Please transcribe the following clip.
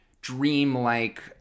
dreamlike